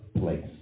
place